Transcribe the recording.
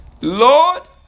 Lord